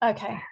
Okay